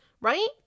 right